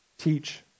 Teach